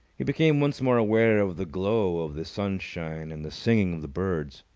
he became once more aware of the glow of the sunshine and the singing of the birds.